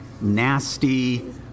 nasty